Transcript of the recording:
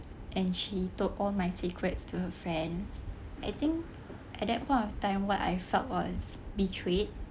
and she told all my secrets to her friends I think at that point of time what I felt was betrayed